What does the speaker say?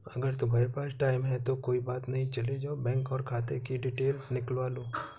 अगर तुम्हारे पास टाइम है तो कोई बात नहीं चले जाओ बैंक और खाते कि डिटेल निकलवा लो